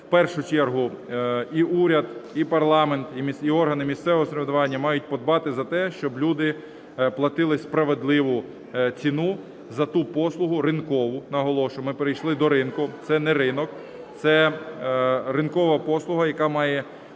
в першу чергу і уряд, і парламент, і органи місцевого самоврядування мають подбати за те, щоб люди платили справедливу ціну за ту, послугу ринкову, наголошую, ми перейшли до ринку, це не ринок, це ринкова послуга, яка має